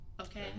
Okay